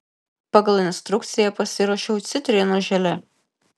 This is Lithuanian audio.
pagal instrukciją pasiruošiau citrinų želė